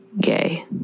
gay